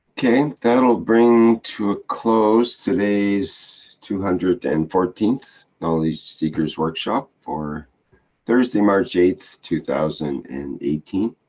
okay, that'll bring to a close today's two hundred and fourteenth knowledge seekers workshop, for thursday march eighth, two thousand and eighteen.